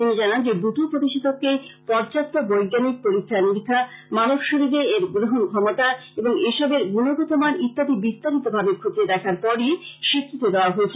তিনি জানান যে দুটো প্রতিষেধককেই পর্যাপ্ত বৈজ্ঞানিক পরীক্ষা নিরীক্ষামানব শরীরে এর গ্রহণ ক্ষমতা এবং এসবের গুণগত মান ইত্যাদি বিস্তারিতভাবে খতিয়ে দেখার পরই স্বীকৃতি দেওয়া হয়েছে